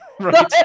Right